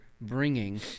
bringing